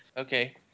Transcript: Okay